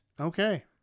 Okay